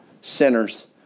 sinners